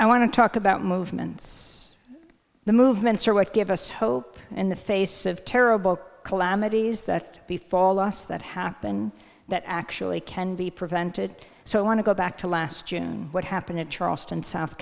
i want to talk about movements the movements are what give us hope in the face of terrible calamities that the fall us that happen that actually can be prevented so i want to go back to last june what happened in charleston south